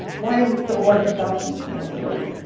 why is it so hard to stop using opioids?